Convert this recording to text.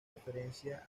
referencia